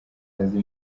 azi